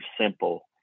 simple